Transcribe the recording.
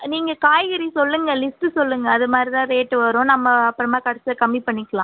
நீங்கள் காய்கறி சொல்லுங்கள் லிஸ்ட் சொல்லுங்கள் அது மாதிரி தான் ரேட் வரும் நம்ம அப்புறமாக குறச்சி கம்மி பண்ணிக்கலாம்